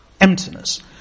Emptiness